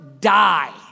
die